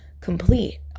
complete